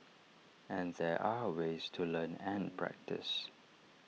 and there are ways to learn and practice